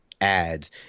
ads